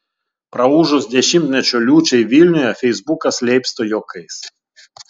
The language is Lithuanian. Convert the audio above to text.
praūžus dešimtmečio liūčiai vilniuje feisbukas leipsta juokais